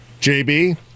JB